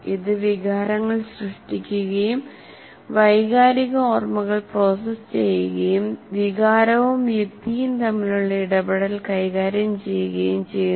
ഇത് വികാരങ്ങൾ സൃഷ്ടിക്കുകയും വൈകാരിക ഓർമ്മകൾ പ്രോസസ്സ് ചെയ്യുകയും വികാരവും യുക്തിയും തമ്മിലുള്ള ഇടപെടൽ കൈകാര്യം ചെയ്യുകയും ചെയ്യുന്നു